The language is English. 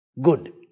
Good